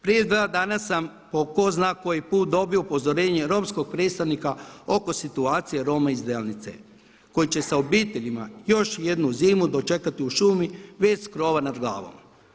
Prije dva dana sam po tko zna koji put dobio upozorenje romskog predstavnika oko situacije Roma iz Delnice koji će sa obiteljima još jednu zimu dočekati u šumi bez krova nad glavom.